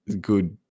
good